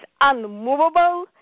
unmovable